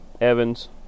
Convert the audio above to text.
Evans